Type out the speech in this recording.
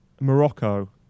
Morocco